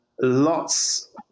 Lots